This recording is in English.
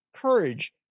courage